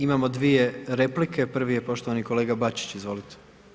Imamo 2 replike, prvi je poštovani kolega Bačić, izvolite.